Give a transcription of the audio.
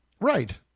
Right